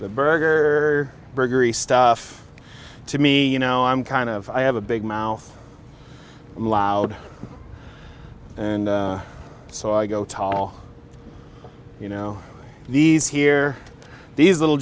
the burger burglary stuff to me you know i'm kind of i have a big mouth loud and so i go tall you know these here these little